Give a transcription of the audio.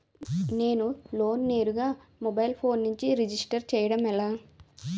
నేను లోన్ నేరుగా mobile phone నుంచి రిజిస్టర్ చేయండి ఎలా?